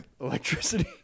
electricity